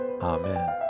Amen